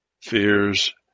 fears